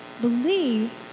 Believe